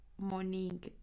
morning